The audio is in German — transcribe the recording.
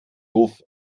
doof